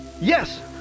Yes